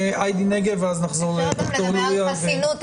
אפשר לדבר גם על חסינות,